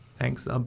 Thanks